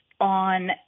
on